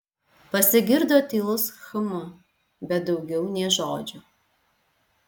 pasigirdo tylus hm bet daugiau nė žodžio